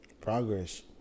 progress